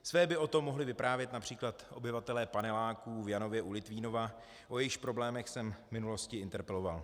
Své by o tom mohli vyprávět například obyvatelé paneláků v Janově u Litvínova, o jejichž problémech jsem v minulosti interpeloval.